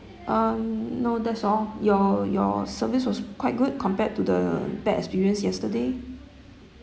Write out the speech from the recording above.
um no that's all your your service was quite good compared to the bad experience yesterday